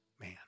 man